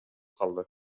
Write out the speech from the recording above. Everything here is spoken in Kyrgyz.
калды